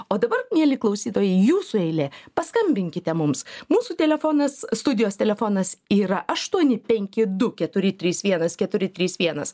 o dabar mieli klausytojai jūsų eilė paskambinkite mums mūsų telefonas studijos telefonas yra aštuoni penki du keturi trys vienas keturi trys vienas